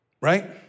right